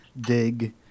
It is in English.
dig